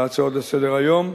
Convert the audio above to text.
להצעות לסדר-היום,